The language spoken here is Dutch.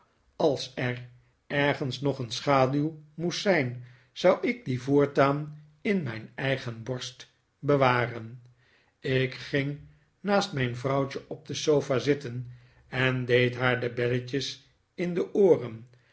als er ergens nog een schaduw moest zijn zou ik die voortaan in mijn eigen borst bewaren ik ging naast mijn vrouwtje op de sofa zitten en deed haar de belletjes in de ooren